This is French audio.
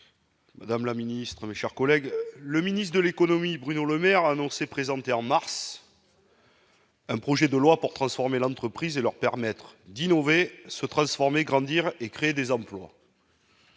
Madame la ministre, mes chers collègues, le ministre de l'économie, Bruno Le Maire a annoncé présenté en mars. Un projet de loi pour transformer l'entreprise et leur permettre d'innover, se transformer, grandir et créer des emplois.